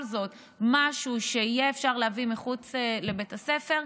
זאת משהו שיהיה אפשר להביא מחוץ לבית הספר,